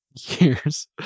years